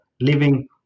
living